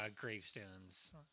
gravestones